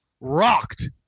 rocked